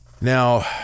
Now